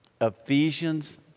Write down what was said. Ephesians